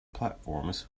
platforms